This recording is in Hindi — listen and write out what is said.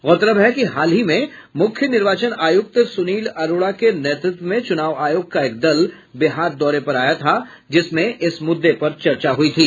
गौरतलब है कि हाल ही में मुख्य निर्वाचन आयुक्त सुनील अरोड़ा के नेतृत्व में चुनाव आयोग का एक दल बिहार दौरे पर आया था जिसमें इस मुद्दे पर चर्चा हुई थी